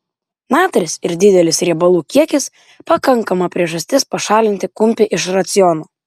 natris ir didelis riebalų kiekis pakankama priežastis pašalinti kumpį iš raciono